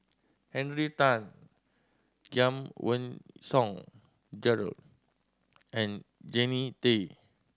Henry Tan Giam Song Gerald and Jannie Tay